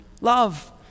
Love